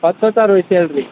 پَتہٕ کۭژاہ روزِ سیلری